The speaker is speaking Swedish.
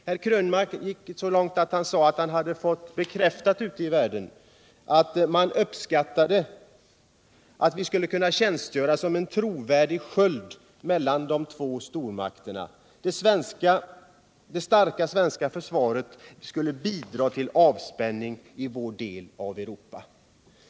Herr Krönmark gick till och med så långt att han sade att han ute i världen fått bekräftat att man uppskattade att vi skulle kunna tjänstgöra som en trovärdig sköld mellan de två stormakterna och att det svenska försvaret skulle bidra till avspänning i vår del av Europa.